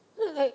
then I was like